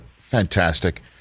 Fantastic